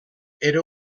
era